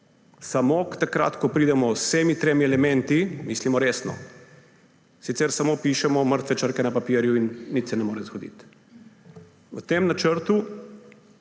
Samo takrat, ko pridemo z vsemi tremi elementi, mislimo resno, sicer samo pišemo mrtve črke na papirju in nič se ne more zgoditi. V tem načrtu